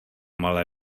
malé